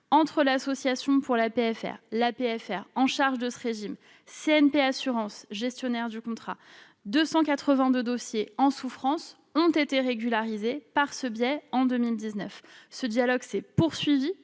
entre l'Association pour la PFR, chargée de ce régime, et CNP Assurances, gestionnaire du contrat, 282 dossiers en souffrance ont été régularisés en 2019. Ce dialogue s'est poursuivi,